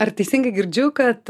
ar teisingai girdžiu kad